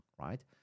right